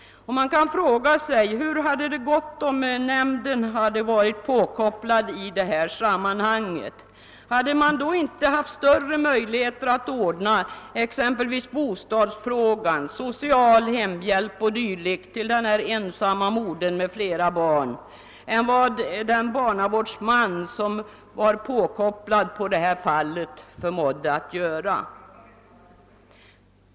Hur hade det gått om nämnden varit påkopplad i detta fall? Hade man då inte haft större möjligheter att ordna exempelvis bostadsfrågan, social hemhjälp och dylikt till denna ensamma mor med flera barn än vad den barnavårdsman hade, som var inkopplad på detta fall?